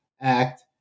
act